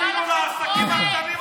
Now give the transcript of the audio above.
אפילו לעסקים הקטנים אתם,